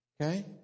okay